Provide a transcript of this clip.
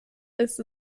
ist